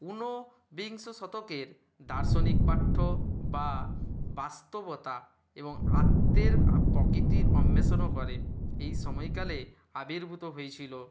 উনবিংশ শতকের দার্শনিক পাঠ্য বা বাস্তবতা এবং আত্তের প্রকৃতির অন্বেষণও করে এই সময়কালে আবির্ভূত হয়েছিলো